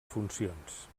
funcions